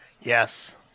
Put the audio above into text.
Yes